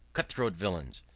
cut-throat villain,